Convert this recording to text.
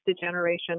degeneration